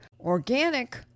organic